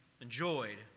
enjoyed